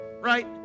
right